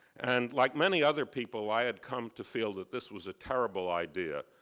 and like many other people, i had come to feel that this was a terrible idea,